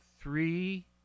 three